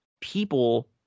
people